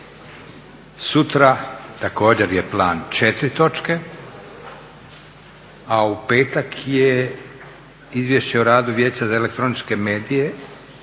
Sutra također je plan četiri točke. A u petak je Izvješće o radu Vijeća za elektroničke medije